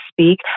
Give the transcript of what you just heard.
speak